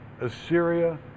Assyria